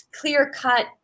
clear-cut